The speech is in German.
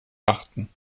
achten